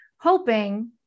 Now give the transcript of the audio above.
hoping